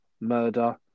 Murder